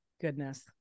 goodness